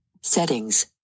Settings